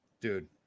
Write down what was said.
dude